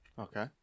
okay